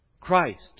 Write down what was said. Christ